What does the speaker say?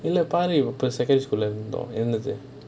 இல்ல பாரு:illa paaru secondary school இருந்தோம் இருந்துது:irunthom irunthuthu